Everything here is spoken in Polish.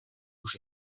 już